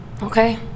Okay